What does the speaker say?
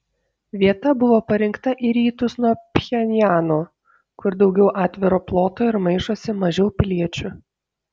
vieta buvo parinkta į rytus nuo pchenjano kur daugiau atviro ploto ir maišosi mažiau piliečių